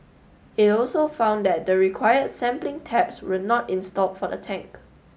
it also found that the required sampling taps were not installed for the tank